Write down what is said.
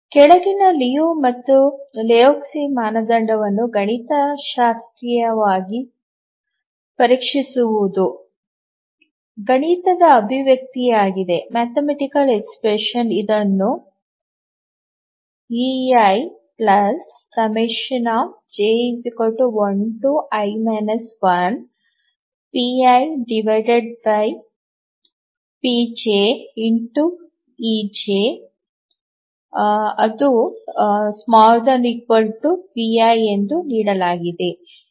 ಕೆಳಗಿನ ಲಿಯು ಮತ್ತು ಲೆಹೋಜ್ಕಿ ಮಾನದಂಡವನ್ನು ಗಣಿತಶಾಸ್ತ್ರೀಯವಾಗಿ ಪರೀಕ್ಷಿಸುವುದು ಗಣಿತದ ಅಭಿವ್ಯಕ್ತಿಯಾಗಿದೆ ಇದನ್ನು eij1i 1pipjejpi ಎಂದು ನೀಡಲಾಗಿದೆ